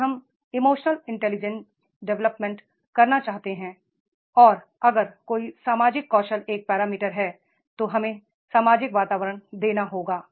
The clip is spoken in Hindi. अगर हम इमोशनल इंटेलिजेंस डेवलपमेंट करना चाहते हैं और अगर कोई सामाजिक कौशल एक पैरामीटर है तो हमें सामाजिक वातावरण देना होगा